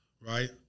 right